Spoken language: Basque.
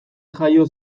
jaio